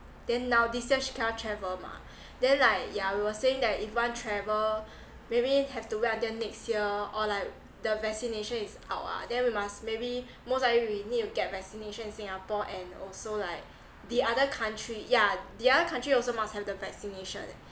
then now this year she can't travel mah then like yeah we were saying that if want travel maybe have to wait until next year or like the vaccination is out ah then we must maybe most likely we need to get vaccination in singapore and also like the other country yeah the other country also must have the vaccination